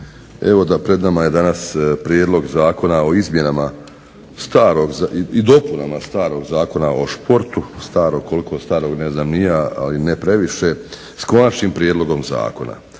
Evo pred nama je danas prijedlog zakona o izmjenama i dopunama starog Zakona o športu, starog, koliko starog ne znam ni ja, ali ne previše, s konačnim prijedlogom zakona.